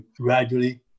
gradually